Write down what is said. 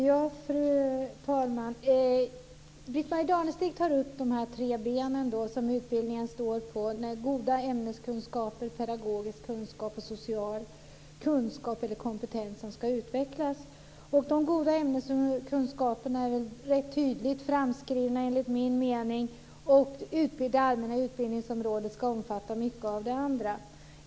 Fru talman! Britt-Marie Danestig nämner de tre ben som utbildningen står på, nämligen att goda ämneskunskaper, pedagogisk kunskap och social kunskap eller kompetens ska utvecklas. De goda ämneskunskaperna är väl rätt tydligt framskrivna. Det utbyggda allmänna utbildningsområdet ska omfatta mycket av det andra.